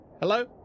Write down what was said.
hello